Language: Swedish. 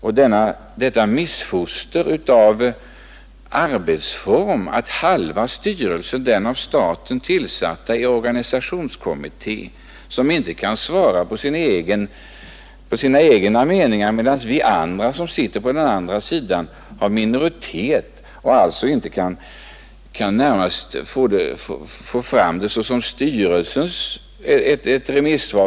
Det är ett missfoster av arbetsform att halva styrelsen, den av staten tillsatta, är organisationskommitté, som binder upp hela styrelsen och gör den oförmögen att komma med ett remissvar.